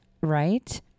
right